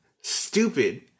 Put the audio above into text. stupid